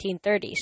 1930s